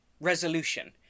resolution